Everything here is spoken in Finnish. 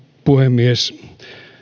puhemies